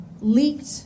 leaked